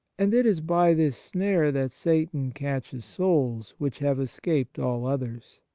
and it is by this snare that satan catches souls which have escaped all others.